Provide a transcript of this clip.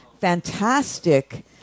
fantastic